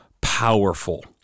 powerful